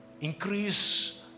Increase